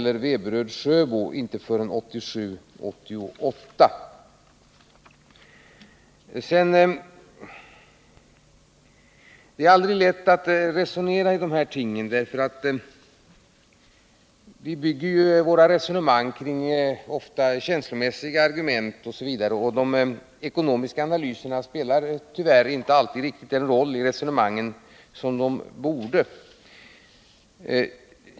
Sträckan Veberöd-Sjöbo utförs 1987-1988. Det är aldrig lätt att resonera om dessa ting. Vi bygger ofta våra resonemang på känslomässiga argument, och de ekonomiska analyserna spelar inte alltid den roll i resonemanget som de borde.